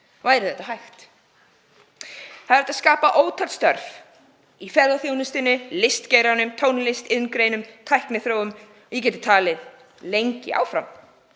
væri þetta hægt. Það er hægt að skapa ótal störf í ferðaþjónustunni, listageiranum, tónlist, iðngreinum, tækniþróun, ég gæti talið lengi áfram,